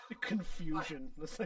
Confusion